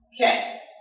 Okay